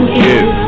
give